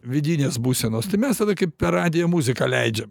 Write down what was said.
vidinės būsenos tai mes tada kaip per radiją muziką leidžiam